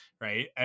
right